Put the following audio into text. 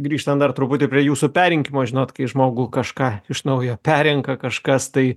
grįžtan dar truputį prie jūsų perrinkimo žinot kai žmogų kažką iš naujo perrenka kažkas tai